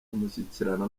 umushyikirano